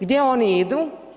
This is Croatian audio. Gdje oni idu?